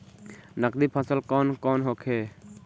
नकदी फसल कौन कौनहोखे?